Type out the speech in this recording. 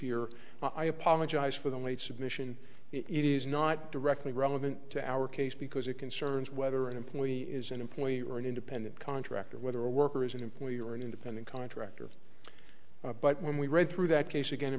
year i apologize for the late submission it is not directly relevant to our case because it concerns whether an employee is an employee or an independent contractor or whether a worker is an employee or an independent contractor but when we read through that case again in